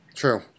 True